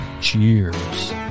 Cheers